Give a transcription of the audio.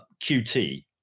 QT